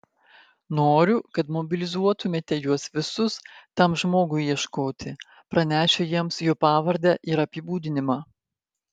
noriu kad mobilizuotumėte juos visus tam žmogui ieškoti pranešę jiems jo pavardę ir apibūdinimą